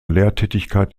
lehrtätigkeit